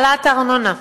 העלאת הארנונה,